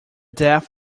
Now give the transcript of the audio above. death